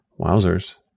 wowzers